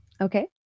Okay